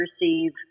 receive